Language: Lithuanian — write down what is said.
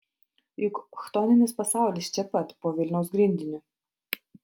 juk chtoninis pasaulis čia pat po vilniaus grindiniu